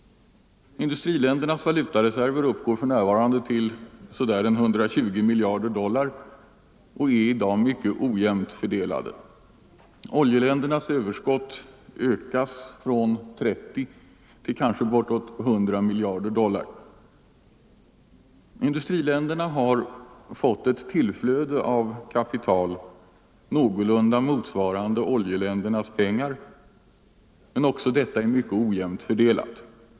Industriländernas valutareserver uppgår för närvarande till ca 120 miljarder dollar och är i dag mycket ojämnt fördelade. Oljeländernas överskott ökas från 30 till kanske bortåt 100 miljarder dollar. Industriländerna har fått ett tillflöde av kapital någorlunda motsvarande oljeländernas pengar men också detta är mycket ojämnt fördelat.